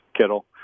Kittle